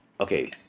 Okay